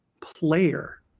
player